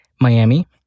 Miami